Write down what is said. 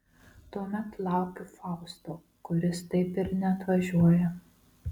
tuomet laukiu fausto kuris taip ir neatvažiuoja